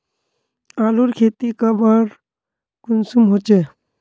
आलूर खेती कब आर कुंसम होचे?